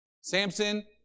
Samson